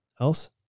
else